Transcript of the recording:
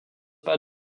pas